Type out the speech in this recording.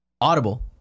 Audible